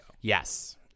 yes